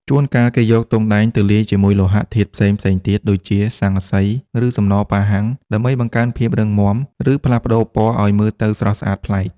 ជួនកាល គេយកទង់ដែងទៅលាយជាមួយលោហៈធាតុផ្សេងៗទៀត ដូចជា ស័ង្កសី ឬសំណប៉ាហាំង ដើម្បីបង្កើនភាពរឹងមាំ ឬផ្លាស់ប្តូរពណ៌ឲ្យមើលទៅស្រស់ស្អាតប្លែក។